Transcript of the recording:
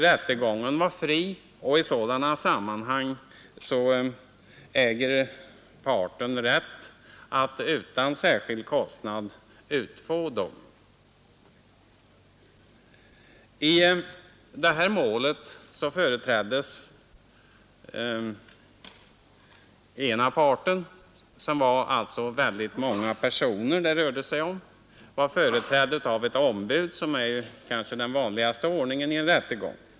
Rättegången var fri, och i sådana sammanhang äger parten rätt att utan särskild kostnad utfå domen. I målet företräddes den ena parten — det rörde sig om många personer — av ett ombud, vilket väl är det vanligaste vid en rättegång.